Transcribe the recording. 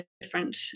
different